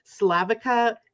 Slavica